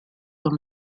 dans